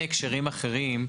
אחרים,